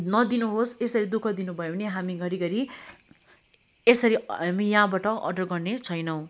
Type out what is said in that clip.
नदिनुहोस् यसरी दुःख दिनु भयो भनी हामी घरिघरि सरी हामी यहाँबाट अर्डर गर्नेछैनौँ